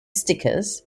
stickers